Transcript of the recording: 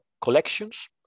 collections